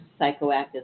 psychoactive